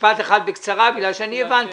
משפט אחד בקצרה, בגלל שאני הבנתי.